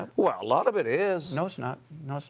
well, a lot of it is. no, it's not. no, so